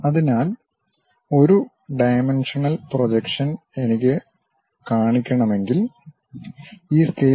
അതിനാൽ ഒരു dimensional projection എനിക്ക് കാണിക്കണമെങ്കിൽ ഈ സ്കെയിൽ 45 ഡിഗ്രി കോണിലാണ്